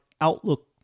Outlook